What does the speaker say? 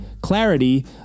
clarity